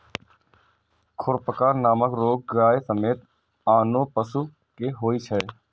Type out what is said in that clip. खुरपका नामक रोग गाय समेत आनो पशु कें होइ छै